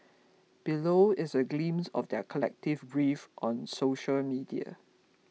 below is a glimpse of their collective grief on social media